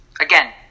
again